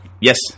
Yes